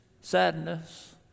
sadness